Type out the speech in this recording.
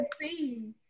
see